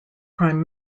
prime